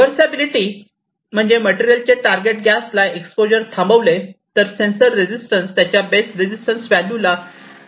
reversibility म्हणजे material चे target गॅसला एक्सपोजर थांबविले तर सेन्सर रेजिस्टन्स त्याच्या बेस रेजिस्टन्स व्हॅल्यू ला रिटर्न बॅक होऊ शकतो का